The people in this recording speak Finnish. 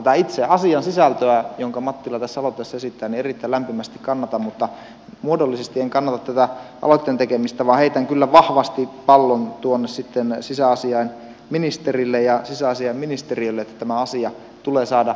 tätä itse asiasisältöä jonka mattila tässä aloitteessaan esittää erittäin lämpimästi kannatan mutta muodollisesti en kannata tätä aloitteen tekemistä vaan heitän kyllä vahvasti pallon sisäasiainministerille ja sisäasiainministeriölle että tämä asia tulee saada kuntoon